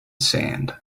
sand